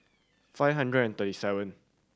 five hundred and thirty seven